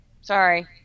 Sorry